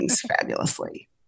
fabulously